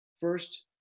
first